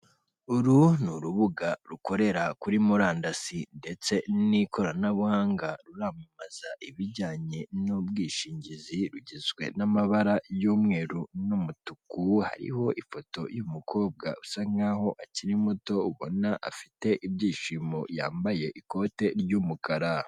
Uru ni urubuga rukorera kuri murandasi ndetse n'ikoranabuhanga, ruramamaza ibijyanye n'ubwishingizi, rugizwe n'amabara y'umweru n'umutuku, hariho ifoto y'umukobwa usa nk'aho akiri muto, ubona afite ibyishimo, yambaye ikote ry'umukara.